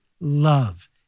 love